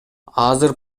азыр